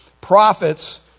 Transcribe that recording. prophets